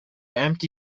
empty